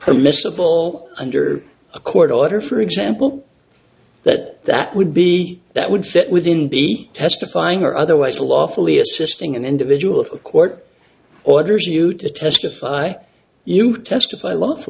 permissible under a court order for example that that would be that would set within be testifying or otherwise lawfully assisting an individual of the court orders you to testify you testify l